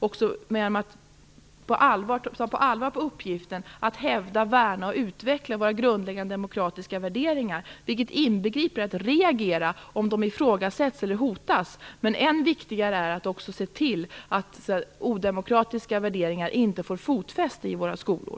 Det är oerhört viktigt att skolan tar uppgiften på allvar att hävda, värna och utveckla våra grundläggande demokratiska värderingar, vilket inbegriper att reagera om de ifrågasätts eller hotas. Men än viktigare är att se till att odemokratiska värderingar inte får fotfäste i våra skolor.